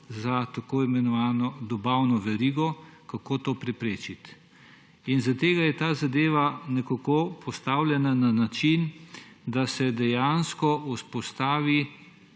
za tako imenovano dobavno verigo, kako to preprečit. In zaradi tega je ta zadeva nekako postavljena na način, da se dejansko vzpostavi